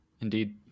indeed